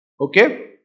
Okay